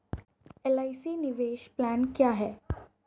LIC निवेश plan क्या है?